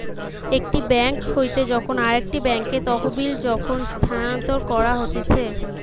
একটি বেঙ্ক হইতে যখন আরেকটি বেঙ্কে তহবিল যখন স্থানান্তর করা হতিছে